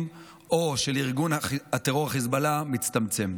או של ארגון הטרור חיזבאללה מצטמצם.